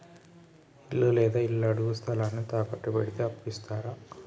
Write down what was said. ఇల్లు లేదా ఇళ్లడుగు స్థలాన్ని తాకట్టు పెడితే అప్పు ఇత్తరా?